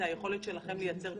זו היכולת שלכם לייצר תשואה.